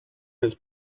his